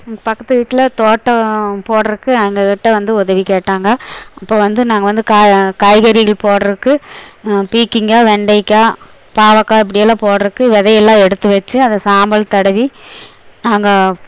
பக்கத்து வீட்டில் தோட்டம் போட்றக்கு எங்கள்கிட்ட வந்து உதவி கேட்டாங்க அப்போ வந்து நாங்கள் வந்து காய் காய்கறிகள் போட்றக்கு பீக்கங்காய் வெண்டைக்காய் பாவக்காய் இப்படியெல்லாம் போட்றக்கு விதையெல்லாம் எடுத்து வச்சு அதை சாம்பல் தடவி நாங்கள்